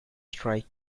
strike